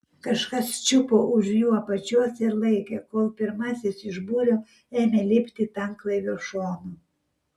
kažkas čiupo už jų apačios ir laikė kol pirmasis iš būrio ėmė lipti tanklaivio šonu